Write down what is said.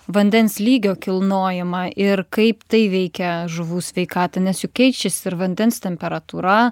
vandens lygio kilnojamą ir kaip tai veikia žuvų sveikatą nes juk keičiasi ir vandens temperatūra